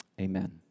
amen